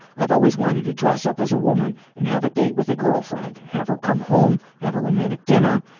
i've always wanted to dress up as a woman and have a date with a girlfriend. have her come home, have a romantic dinner,